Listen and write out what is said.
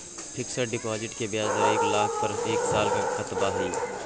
Fixed deposit के ब्याज दर एक लाख पर एक साल ल कतबा इ?